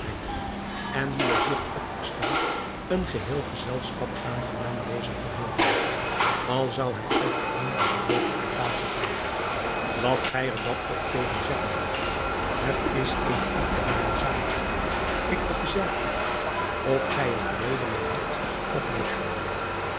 en die er zich op verstaat een geheel gezelschap aangenaam bezig te houden al zou hij ook de eenige spreker aan tafel zijn wat gij er dan ook tegen zeggen moogt het is eene afgedane zaak ik vergezel u of gij er vrede mede hebt of niet